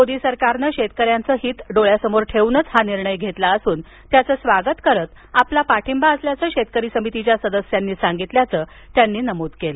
मोदी सरकारनं शेतकऱ्यांचं हित डोळ्यासमोर ठेवून हा निर्णय घेतला असून त्याचे स्वागत करीत आपला त्याला पाठींबा असल्याचं शेतकरी समितीच्या सदस्यांनी सांगितल्याच त्यांनी नमूद केलं